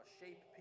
shape